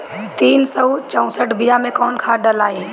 तीन सउ चउसठ बिया मे कौन खाद दलाई?